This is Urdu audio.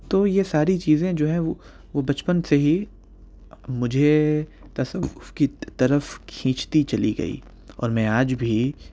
تو یہ ساری چیزیں جو ہے وہ وہ بچپن سے ہی مجھے تصّوف کی طرف کھیچتی چلی گئی اور میں آج بھی